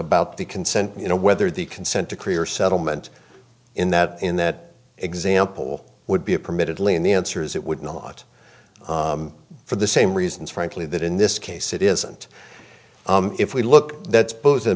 about the consent you know whether the consent decree or settlement in that in that example would be a permitted lien the answer is it would not for the same reasons frankly that in this case it isn't if we look that